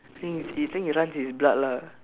he is runs his blood lah